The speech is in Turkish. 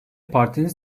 partinin